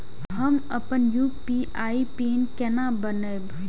हम अपन UPI PIN केना बनैब?